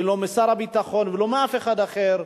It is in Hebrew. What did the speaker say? לא משר הביטחון ולא מאף אחד אחר,